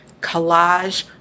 collage